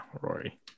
Rory